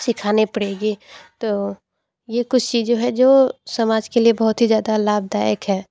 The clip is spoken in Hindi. सीखाने पड़ेगी तो ये कुछ चीज़ें हैं जो समाज के लिए बहुत ही ज़्यादा लाभदायक है